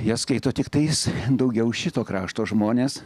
jas skaito tiktais daugiau šito krašto žmonės